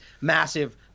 massive